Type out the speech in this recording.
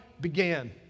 began